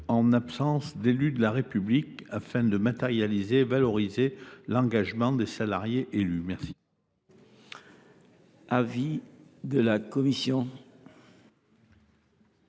en « absence d’élu de la République » afin de matérialiser et valoriser l’engagement des salariés élus. Quel est l’avis de la commission